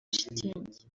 shitingi